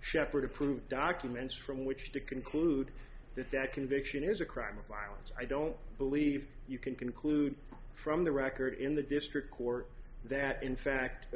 shepherd approved documents from which to conclude that that conviction is a crime of violence i don't believe you can conclude from the record in the district court that in fact